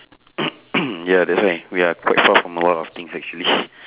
ya that's why we are quite far from a lot of things actually